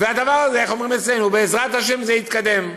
והדבר הזה, איך אומרים אצלנו, בעזרת השם זה יתקדם.